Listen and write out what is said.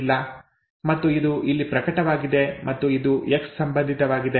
ಮತ್ತು ಇದು ಇಲ್ಲಿ ಪ್ರಕಟವಾಗಿದೆ ಮತ್ತು ಇದು ಎಕ್ಸ್ ಸಂಬಂಧಿತವಾಗಿದೆ